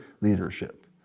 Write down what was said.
leadership